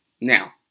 Now